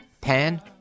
pan